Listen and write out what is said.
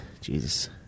Jesus